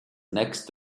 next